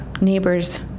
neighbors –